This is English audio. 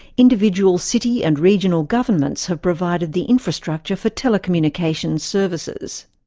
individual city and regional governments have provided the infrastructure for telecommunications services.